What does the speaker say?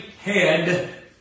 head